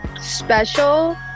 special